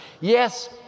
Yes